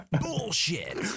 bullshit